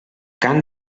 cant